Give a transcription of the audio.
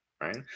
right